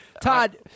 Todd